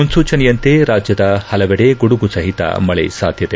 ಮುನ್ನೂಚನೆಯಂತೆ ರಾಜ್ಯದ ಹಲವೆಡೆ ಗುಡುಗುಸಹಿತ ಮಳೆ ಸಾಧ್ಯತೆ